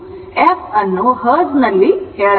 f ಅನ್ನು Hertz ನಲ್ಲಿಹೇಳಬಹುದು